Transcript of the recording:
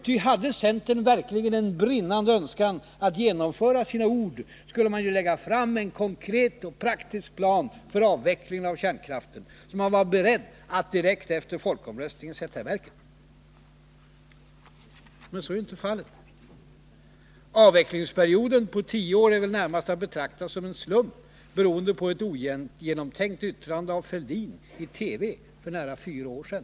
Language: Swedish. Ty hade centern verkligen en brinnande önskan att gå från ord till handling skulle man ju lägga fram en konkret och praktisk plan för avveckling av kärnkraften som man var beredd att direkt efter folkomröstningen sätta i verket. Men så är ju inte fallet. Avvecklingsperio den på tio år är väl närmast att betrakta som en slump, beroende på ett ogenomtänkt yttrande av herr Fälldin i TV för nära fyra år sedan.